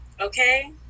okay